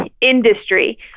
industry